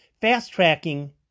fast-tracking